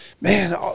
Man